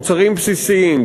מוצרים בסיסיים,